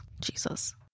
Jesus